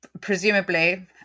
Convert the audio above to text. presumably